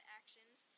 actions